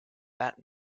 that